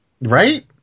right